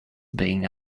being